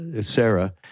Sarah